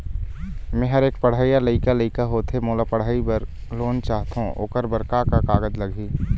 मेहर एक पढ़इया लइका लइका होथे मोला पढ़ई बर लोन चाहथों ओकर बर का का कागज लगही?